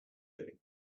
doing